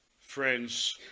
friends